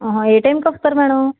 ఏ టైంకి వస్తారు మేడం